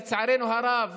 לצערנו הרב,